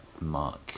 Mark